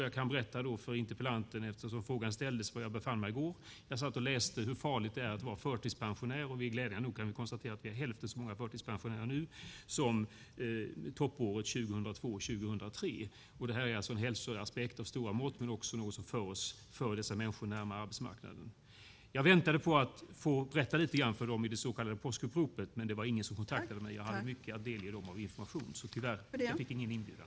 Jag kan berätta för interpellanten - en fråga ställdes ju om var jag i går befann mig - att jag satt och läste om hur farligt det är att vara förtidspensionär. Glädjande nog kan vi konstatera att det nu är hälften så många förtidspensionärer jämfört med toppåret 2002/03. Det här är en hälsoaspekt av stora mått men också något som för dessa människor närmare arbetsmarknaden. Jag väntade på att lite grann få berätta för dem i det så kallade påskuppropet. Men ingen kontaktade mig. Jag hade mycket av information att delge dem men fick, tyvärr, ingen inbjudan.